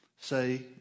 say